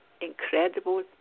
incredible